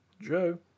Joe